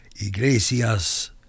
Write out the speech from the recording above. Iglesias